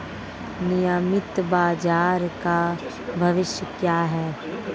नियमित बाजार का भविष्य क्या है?